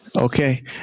Okay